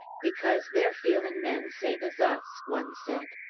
because they're feelin' men, same as us, one said.